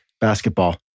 Basketball